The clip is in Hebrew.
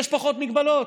יש פחות הגבלות,